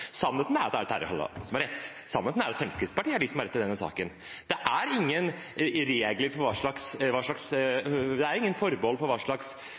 Sannheten er at det er Terje Halleland som har rett, sannheten er at Fremskrittspartiet er de som har rett i denne saken. Det er ingen forbehold for hva slags virkemidler regjeringen kan benytte seg av. Det er lagt inn et lite forbehold